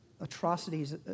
atrocities